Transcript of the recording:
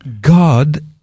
God